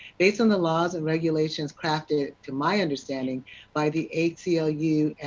based on the laws and regulations crafted, to my understanding by the atl you,